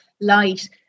light